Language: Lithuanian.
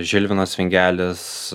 žilvinas vingelis